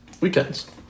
weekends